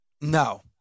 No